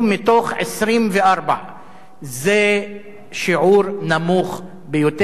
מתוך 24. זה שיעור נמוך ביותר.